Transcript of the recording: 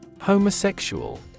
Homosexual